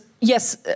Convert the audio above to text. yes